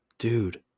Dude